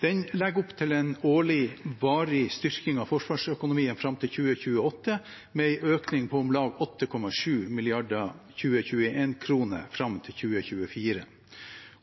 Den legger opp til en årlig varig styrking av forsvarsøkonomien fram til 2028, med en økning på om lag 8,7 mrd. 2021-kroner fram til 2024.